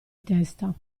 testa